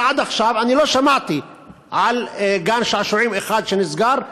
אבל עד עכשיו אני לא שמעתי על גן-שעשועים אחד שנסגר,